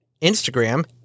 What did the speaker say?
Instagram